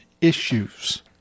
issues